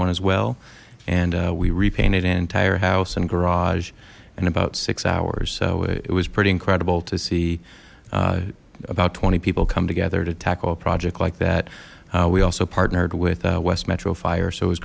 one as well and we repainted an entire house and garage and about six hours so it was pretty incredible to see about twenty people come together to tackle a project like that we also partnered with west metro fire so it was